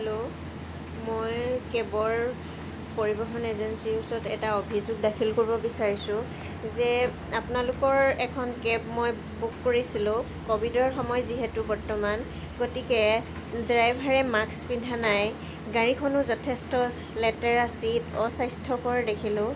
hello মই কেবৰ পৰিবহণ এজেঞ্চিৰ ওচৰত এটা অভিযোগ দাখিল কৰিব বিচাৰিছোঁ যে আপোনালোকৰ এখন কেব মই বুক কৰিছিলোঁ ক'ভিডৰ সময় যিহেতু বৰ্তমান গতিকে ড্ৰাইভাৰে মাস্ক পিন্ধা নাই গাড়ীখনো যথেষ্ট লেতেৰা ছিট অস্বাস্থ্যকৰ দেখিলোঁ